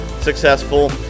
successful